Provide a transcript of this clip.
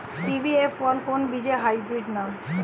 CBF one কোন বীজের hybrid নাম?